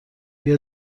بیا